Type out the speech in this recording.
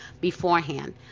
beforehand